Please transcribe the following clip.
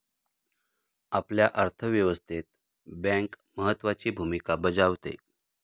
आपल्या अर्थव्यवस्थेत बँक महत्त्वाची भूमिका बजावते